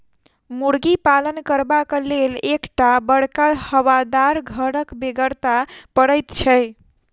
मुर्गी पालन करबाक लेल एक टा बड़का हवादार घरक बेगरता पड़ैत छै